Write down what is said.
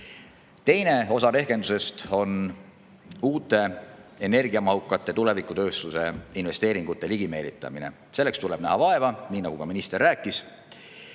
Teine osa rehkendusest on tulevikus uute energiamahukate tööstuste investeeringute ligimeelitamine. Selleks tuleb näha vaeva, nii nagu ka minister rääkis.